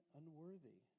unworthy